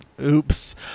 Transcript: oops